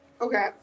Okay